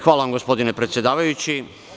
Hvala gospodine predsedavajući.